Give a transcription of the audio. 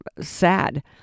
sad